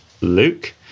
Luke